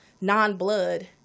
non-blood